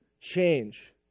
change